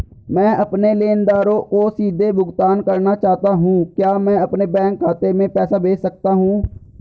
मैं अपने लेनदारों को सीधे भुगतान करना चाहता हूँ क्या मैं अपने बैंक खाते में पैसा भेज सकता हूँ?